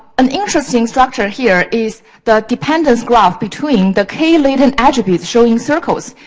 an interesting structure here is the dependence glove between the k, latent attributes showing circles,